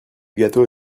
gâteau